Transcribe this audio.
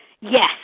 yes